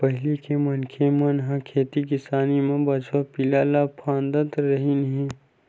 पहिली के मनखे मन ह खेती किसानी म बछवा पिला ल फाँदत रिहिन हे